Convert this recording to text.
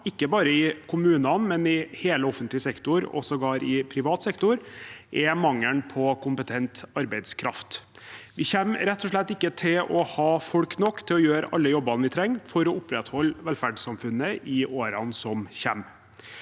ikke bare i kommunene, men i hele offentlig sektor og sågar i privat sektor, er mangelen på kompetent arbeidskraft. Vi kommer rett og slett ikke til å ha folk nok til å gjøre alle jobbene vi trenger for å opprettholde velferdssamfunnet i årene som kommer.